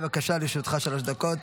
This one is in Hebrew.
בבקשה, לרשותך שלוש דקות.